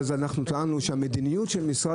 סגן שרת